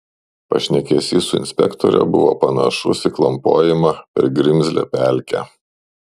pašnekesys su inspektore buvo panašus į klampojimą per grimzlią pelkę